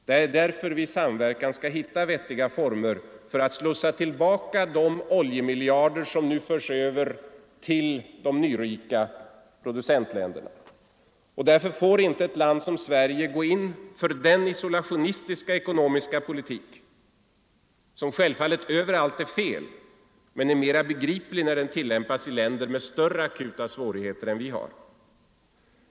Därför måste vi i samverkan hitta vettiga former för att slussa tillbaka de oljemiljarder som nu förs över till de nyrika producentländerna. Och därför får inte ett land som Sverige gå in för den isolationistiska ekonomiska politik som självfallet överallt är felaktig men som är mera begriplig när den tillämpas i länder med större akuta svårigheter än vi har.